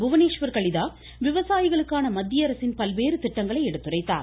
புவனேஸ்வர் கலிதா விவசாயிகளுக்கான மத்திய அரசின் பல்வேறு திட்டங்களை எடுத்துரைத்தார்